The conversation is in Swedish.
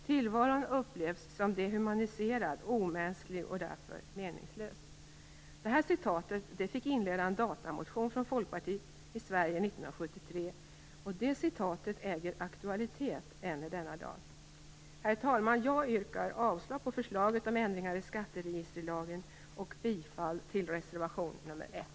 Tillvaron upplevs som dehumaniserad - omänsklig - och därför meningslös". Detta citat fick inleda en datamotion från Folkpartiet i Sverige 1973. Citatet äger aktualitet än i denna dag! Herr talman! Jag yrkar avslag på förslaget om ändringar i skatteregisterlagen och bifall till reservation nr 1.